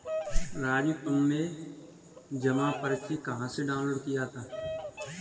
राजू तुमने जमा पर्ची कहां से डाउनलोड किया?